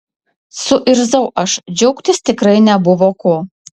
suirzau aš džiaugtis tikrai nebuvo ko